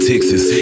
Texas